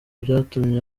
byatumye